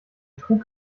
trug